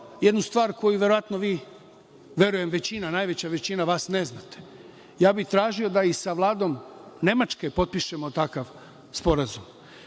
jednu stvar, koju verovatno vi, verujem najveća većina vas ne znate, tražio bih i da sa Vladom Nemačke potpišemo takav sporazum,